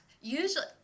usually